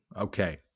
Okay